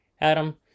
Adam